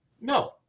No